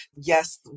yes